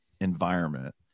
environment